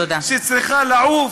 שצריכה לעוף,